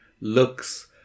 looks